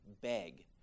beg